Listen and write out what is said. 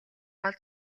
гол